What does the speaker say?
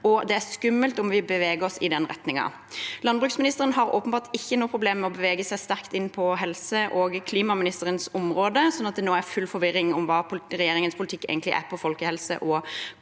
Det er skummelt om vi beveger oss i den retningen.» Landbruksministeren har åpenbart ikke noe problem med å bevege seg langt inn på helseministerens og klimaministerens område, så nå er det full forvirring om hva regjeringens politikk egentlig er på folkehelse og